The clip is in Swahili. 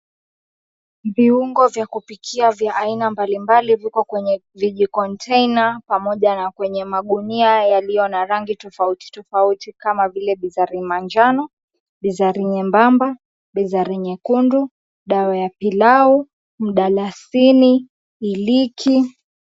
Viungo vya kupikia vya aina mbalimbali viko kwenye vijikonteina pamoja na kwenye magunia yaliyo na rangi tofauti tofauti kama vile vizari manjano, vizari nyembamba, vizari nyekundu dawa ya pilau, mdalasini kiliki.